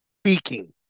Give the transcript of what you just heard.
speaking